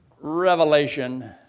Revelation